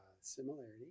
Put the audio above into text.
similarity